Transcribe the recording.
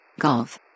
Golf